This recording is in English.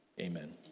Amen